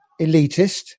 elitist